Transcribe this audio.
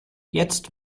jetzt